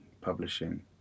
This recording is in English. Publishing